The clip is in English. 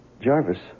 Jarvis